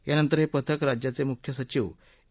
यानंतर हे पथक राज्याचे मुख्य सचीव ए